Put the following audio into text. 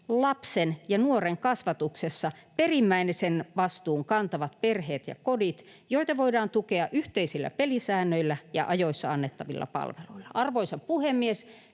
lapsen ja nuoren kasvatuksessa perimmäisen vastuun kantavat perheet ja kodit, joita voidaan tukea yhteisillä pelisäännöillä ja ajoissa annettavilla palveluilla. Arvoisa puhemies!